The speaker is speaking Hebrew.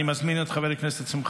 לא תגנה תקיפה של צלם בן